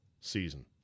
season